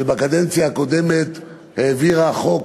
שבקדנציה הקודמת העבירה חוק